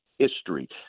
history